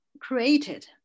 created